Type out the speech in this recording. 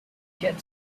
get